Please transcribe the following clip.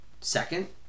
Second